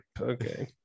Okay